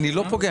אני לא פוגע.